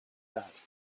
that